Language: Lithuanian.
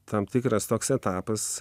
tam tikras toks etapas